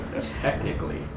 technically